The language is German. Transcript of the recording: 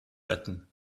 retten